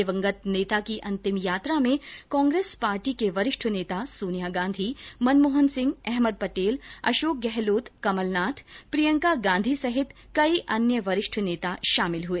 दिवंगत नेता की अंतिम यात्रा में कांग्रेस पार्टी के वरिष्ठ नेता सोनिया गांधी मनमोहन सिंह अहमद पटेल अशोक गहलोत कमलनाथ प्रियंका गांधी सहित कई अन्य वरिष्ठ नेता शामिल हुए